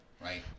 right